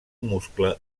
muscle